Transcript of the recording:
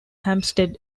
hampstead